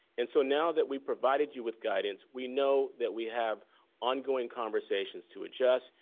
and so now that we provided you with guidance. we know that we have ongoing conversations to adjust,